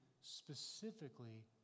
specifically